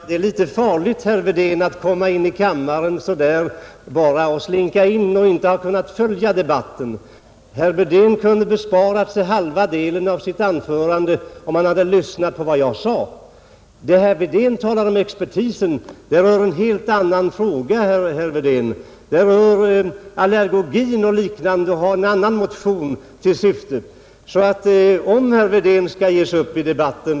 Herr talman! Det är litet farligt, herr Wedén, att bara slinka in i kammaren utan att ha följt debatten. Herr Wedén kunde ha besparat sig halva delen av sitt anförande, om han hade lyssnat på vad jag sade. Det herr Wedén tar upp om expertisen rör en helt annan fråga. Det rör allergologin och liknande och syftar på en helt annan motion. Om herr Wedén i fortsättningen skall ge sig in i debatten.